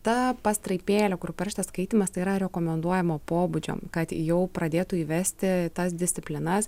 ta pastraipėlė kur parašyta skaitymas tai yra rekomenduojamo pobūdžio kad jau pradėtų įvesti tas disciplinas